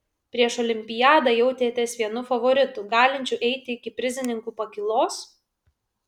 prieš olimpiadą jautėtės vienu favoritų galinčiu eiti iki prizininkų pakylos